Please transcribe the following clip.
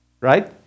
right